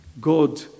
God